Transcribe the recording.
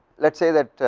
let say that